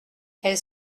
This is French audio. elle